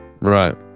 Right